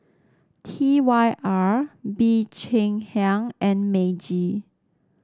T Y R Bee Cheng Hiang and Meiji